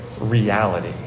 reality